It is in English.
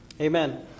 Amen